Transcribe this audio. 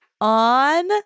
on